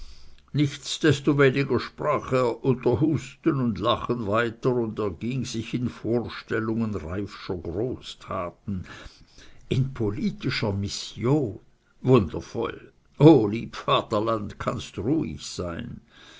sprach er unter husten und lachen weiter und erging sich in vorstellungen reiffscher großtaten in politischer mission wundervoll o lieb vaterland kannst ruhig sein